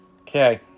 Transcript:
okay